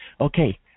Okay